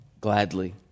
gladly